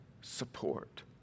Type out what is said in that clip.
support